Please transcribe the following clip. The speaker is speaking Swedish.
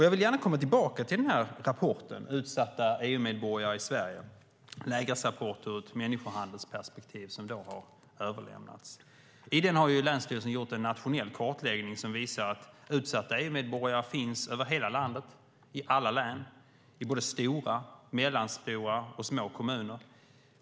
Jag vill gärna komma tillbaka till rapporten Utsatta EU-medborgare i Sverige - Lägesrapport ur ett människohandelsperspektiv , som har överlämnats. I den har länsstyrelsen gjort en nationell kartläggning som visar att utsatta EU-medborgare finns över hela landet, i alla län, i stora, mellanstora och små kommuner.